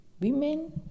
women